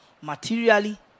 materially